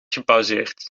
gepauzeerd